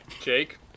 Jake